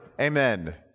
Amen